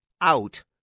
out